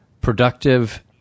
Productive